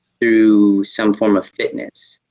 through some form of fitness.